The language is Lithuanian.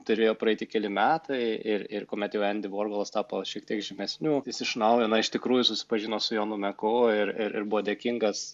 turėjo praeiti keli metai ir ir kuomet jau endi vorholas tapo šiek tiek žymesniu jis iš naujo na iš tikrųjų susipažino su jonu meku ir ir ir buvo dėkingas